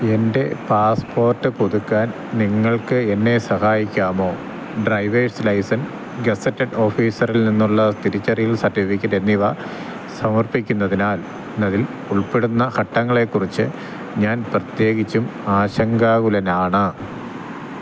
എൻ്റെ പാസ്പോർട്ട് പുതുക്കാൻ നിങ്ങൾക്ക് എന്നെ സഹായിക്കാമോ ഡ്രൈവേർസ് ലൈസൻസ് ഗസറ്റഡ് ഓഫീസറിൽ നിന്നുള്ള തിരിച്ചറിയൽ സർട്ടിഫിക്കറ്റ് എന്നിവ സമർപ്പിക്കുന്നതിൽ ഉൾപ്പെടുന്ന ഘട്ടങ്ങളെക്കുറിച്ച് ഞാൻ പ്രത്യേകിച്ചും ആശങ്കാകുലനാണ്